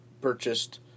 purchased